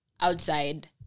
outside